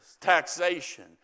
taxation